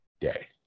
day